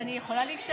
אז אני יכולה להישאר?